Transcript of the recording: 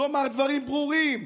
לומר דברים ברורים,